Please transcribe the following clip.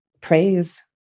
Praise